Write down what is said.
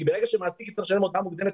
כי ברגע שמעסיק יצטרך לשלם הודעה מוקדמת